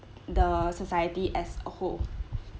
the society as a whole